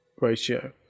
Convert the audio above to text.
ratio